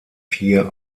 vier